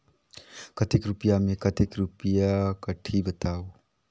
कतेक रुपिया मे कतेक रुपिया कटही बताव?